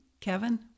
Kevin